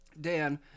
Dan